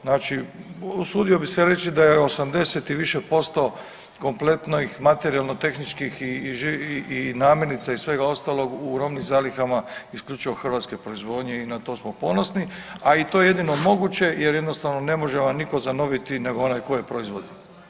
Znači usudio bih se reći da je 80 i više posto kompletno i materijalno-tehničkih i namirnica i svega ostalog u robnim zalihama isključivo hrvatske proizvodnje i na to smo ponosni, a i to je jedino moguće jer jednostavno ne može vam nitko zanoviti nego onaj tko je proizvodi i skladištiti.